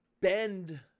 bend